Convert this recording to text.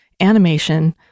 animation